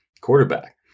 quarterback